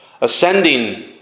Ascending